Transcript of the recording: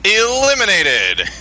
Eliminated